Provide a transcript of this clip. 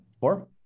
four